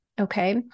Okay